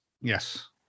Yes